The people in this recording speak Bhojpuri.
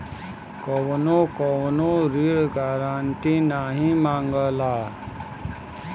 कउनो कउनो ऋण गारन्टी नाही मांगला